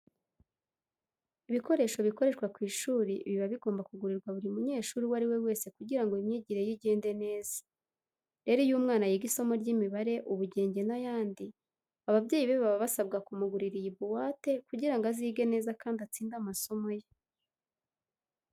Ibikoresho bikoreshwa ku ishuri biba bigomba kugurirwa buri munyeshuri uwo ari we wese kugira ngo imyigire ye igende neza. Rero iyo umwana yiga isomo ry'imibare, ubugenge n'ayandi, ababyeyi be baba basabwa kumugurira iyi buwate kugira ngo azige neza kandi atsinde amasomo ye.